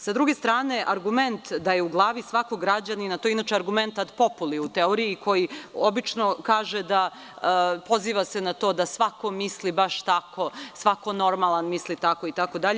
Sa druge strane argument da je u glavi svakog građanina, to je inače ad popoli u teoriji koji se obično poziva na to da svako misli baš tako, svako normalan misli tako itd.